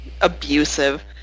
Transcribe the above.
abusive